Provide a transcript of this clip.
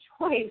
choice